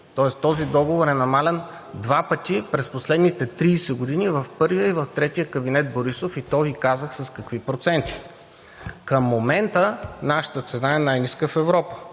Тоест този договор е намаляван два пъти през последните 30 години – в първия и в третия кабинет Борисов, и то Ви казах с какви проценти. Към момента нашата цена е най-ниска в Европа.